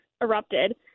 erupted